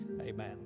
amen